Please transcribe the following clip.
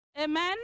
Amen